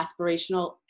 aspirational